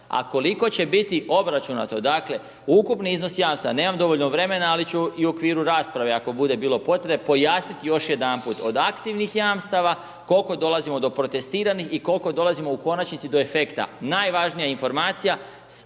A koliko će biti obračunato, dakle, ukupni iznos jamstava, nemam dovoljno vremena, ali ću i u okviru rasprave ako bude bilo potrebe, pojasniti još jedanput, od aktivnih jamstava, kol'ko dolazimo do protestiranih i kol'ko dolazimo u konačnici do efekta. Najvažnija informacija, kao